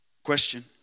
Question